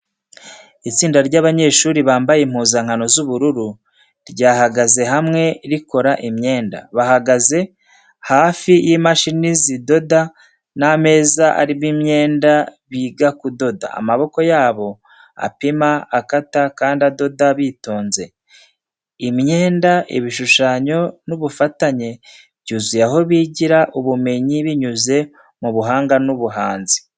Itsinda ry’abanyeshuri bambaye impuzankano z’ubururu ryahagaze hamwe rikora imyenda. Bahagaze hafi y’imashini zidoda n’ameza arimo imyenda, biga kudoda. Amaboko yabo apima, akata, kandi adoda bitonze. Imyenda, ibishushanyo n’ubufatanye byuzuye aho bigirira ubumenyi binyuze mu buhanga n’ubuhanzi.